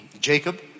Jacob